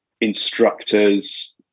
instructors